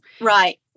right